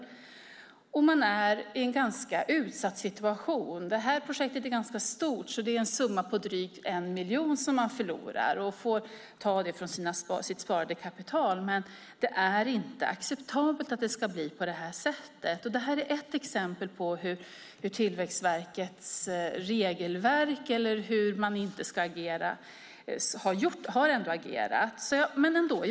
Projektägaren är alltså i en utsatt situation. Projektet är ganska stort; det handlar om drygt 1 miljon som man förlorar och får ta från sitt sparade kapital. Det är inte acceptabelt att det blir på det sättet. Detta är ett exempel på hur Tillväxtverket inte ska agera, men trots det har de agerat på det sättet.